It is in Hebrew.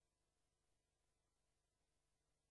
חברי הכנסת, אדוני השר, אני מחדש את הישיבה.